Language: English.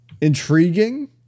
intriguing